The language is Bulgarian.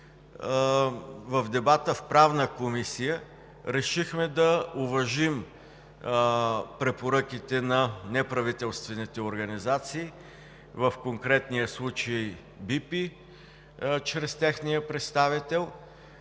в дебата в Правна комисия решихме да уважим препоръките на неправителствените организации – в конкретния случай Българския институт